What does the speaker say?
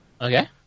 Okay